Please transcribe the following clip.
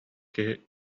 киһи